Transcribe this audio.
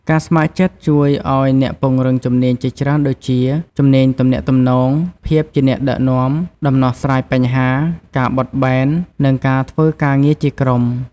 ការស្ម័គ្រចិត្តជួយឱ្យអ្នកពង្រឹងជំនាញជាច្រើនដូចជា៖ ជំនាញទំនាក់ទំនង ភាពជាអ្នកដឹកនាំ ដំណោះស្រាយបញ្ហា ការបត់បែន និងការធ្វើការងារជាក្រុម។